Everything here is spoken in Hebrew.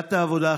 סיעת העבודה,